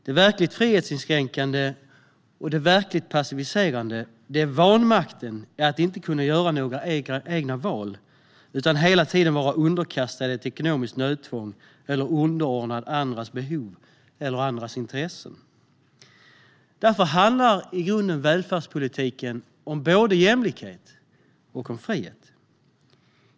Det verkligt frihetsinskränkande och det verkligt passiviserande är vanmakten att inte kunna göra några egna val utan hela tiden vara underkastad ett ekonomiskt nödtvång eller underordnad andras behov eller andras intressen. Därför handlar i grunden välfärdspolitiken om både jämlikhet och frihet.